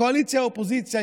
הקואליציה והאופוזיציה,